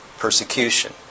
Persecution